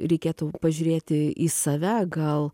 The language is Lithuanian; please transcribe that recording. reikėtų pažiūrėti į save gal